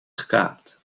gekaapt